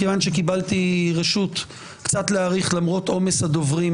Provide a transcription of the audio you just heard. כיוון שקיבלתי רשות להאריך קצת למרות עומס הדוברים